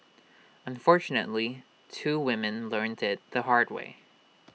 unfortunately two women learnt IT the hard way